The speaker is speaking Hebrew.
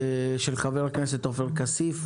של חברי הכנסת עופר כסיף,